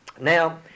Now